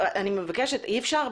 אני מבקשת אי אפשר.